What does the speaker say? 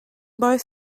both